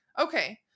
okay